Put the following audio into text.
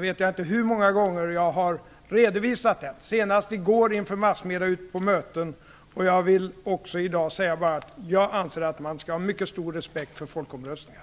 vet inte hur många gånger jag har redovisat min inställning till folkomröstning. Jag gjorde det senast i går inför massmedierna. Jag vill även i dag säga att Jag anser att man skall ha mycket stor respekt för folkomröstningar.